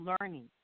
learning